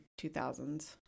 2000s